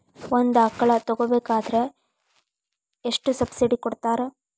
ಒಂದು ಆಕಳ ತಗೋಬೇಕಾದ್ರೆ ಎಷ್ಟು ಸಬ್ಸಿಡಿ ಕೊಡ್ತಾರ್?